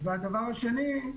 והדבר השני,